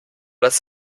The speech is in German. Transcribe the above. das